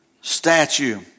statue